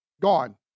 gone